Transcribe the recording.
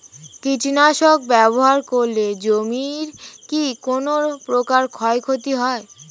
কীটনাশক ব্যাবহার করলে জমির কী কোন প্রকার ক্ষয় ক্ষতি হয়?